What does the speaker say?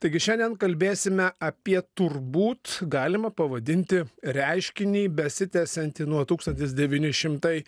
taigi šiandien kalbėsime apie turbūt galima pavadinti reiškinį besitęsiantį nuo tūkstantis devyni šimtai